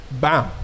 bam